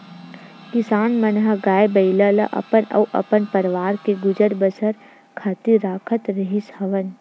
किसान मन ह गाय, बइला ल अपन अउ अपन परवार के गुजर बसर खातिर राखत रिहिस हवन